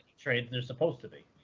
trade, they're supposed to be.